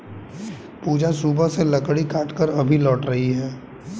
पूजा सुबह से लकड़ी काटकर अभी लौट रही है